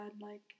like-